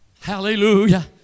Hallelujah